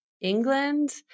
England